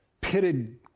pitted